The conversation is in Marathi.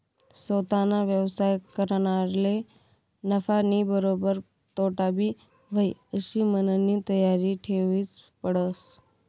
सोताना व्यवसाय करनारले नफानीबरोबर तोटाबी व्हयी आशी मननी तयारी ठेवनीच पडस